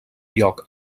lloc